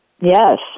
Yes